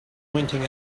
pointing